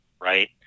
right